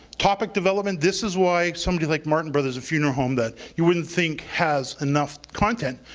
topic development, this is why somebody like martin brothers, a funeral home that you wouldn't think has enough content.